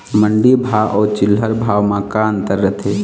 मंडी भाव अउ चिल्हर भाव म का अंतर रथे?